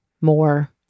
more